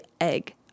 egg